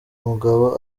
umugabo